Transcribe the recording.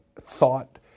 thought